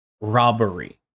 robbery